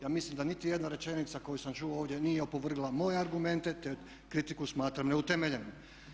Ja mislim da niti jedna rečenica koju sam čuo ovdje nije opovrgla moje argumente, te kritiku smatram neutemeljenom.